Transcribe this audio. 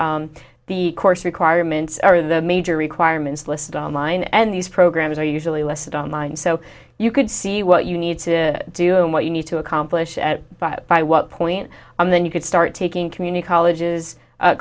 the course requirements are the major requirements listed on line and these programs are usually less that on line so you can see what you need to do and what you need to accomplish by by what point on then you could start taking community colleges